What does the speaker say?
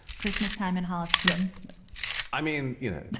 christmas time in high school i mean, you know,